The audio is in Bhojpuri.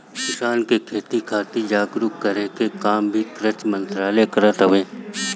किसान के खेती खातिर जागरूक करे के काम भी कृषि मंत्रालय करत हवे